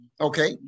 Okay